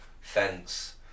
fence